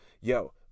Yo